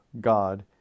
God